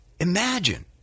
Imagine